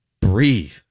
Breathe